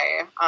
okay